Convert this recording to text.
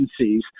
agencies